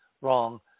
wrong